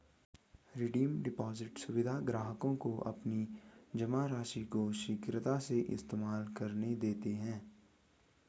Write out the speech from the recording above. redeem deposit सुविधा ग्राहकों को अपनी जमा राशि को शीघ्रता से इस्तेमाल करने देते है